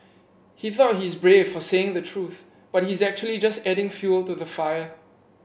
he thought he's brave for saying the truth but he's actually just adding fuel to the fire